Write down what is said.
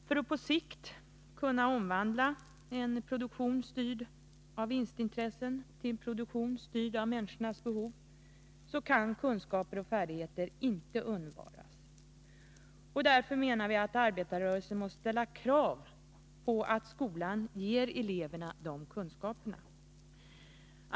Om man på sikt skall kunna omvandla en produktion styrd av vinstintressen till en produktion styrd av människornas behov, kan kunskaper och färdigheter inte undvaras. Vi menar att arbetarrörelsen därför måste ställa krav på skolan att ge eleverna de kunskaperna.